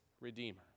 redeemer